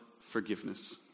forgiveness